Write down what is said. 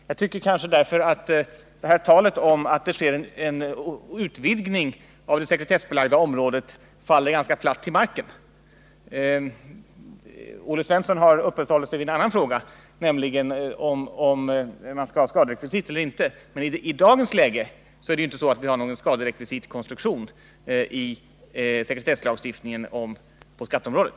Jag tycker därför att talet om att det sker en utvidgning av det sekretessbelagda området faller ganska platt till marken. Olle Svensson har uppehållit sig vid en annan fråga, nämligen om man skall ha skaderekvisit eller inte — men i dagens läge har vi inte någon skaderekvisitkonstruktion i sekretesslagstiftningen på skatteområdet.